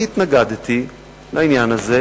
אני התנגדתי לעניין הזה.